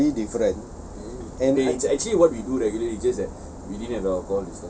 I mean it is something very different and